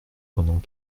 pendant